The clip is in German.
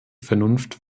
vernunft